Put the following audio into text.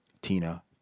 Tina